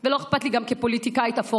ולא אכפת לי גם כפוליטיקאית אפורה,